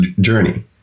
journey